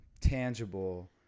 tangible